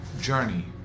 journey